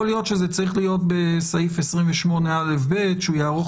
יכול להיות שזה צריך להיות בסעיף 28א(ב) שהוא יערוך